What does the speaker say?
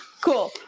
cool